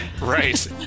Right